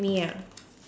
me